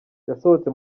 yasohotse